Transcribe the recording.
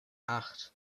acht